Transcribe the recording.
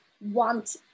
want